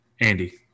Andy